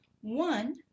One